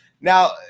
now